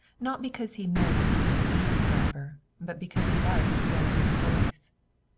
not because he meant to be an eavesdropper but because he liked sara lee's voice.